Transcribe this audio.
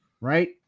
right